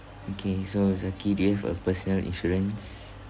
okay so zaki do you have a personal insurance